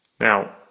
Now